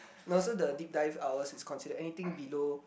also the deep dive hours is consider anything below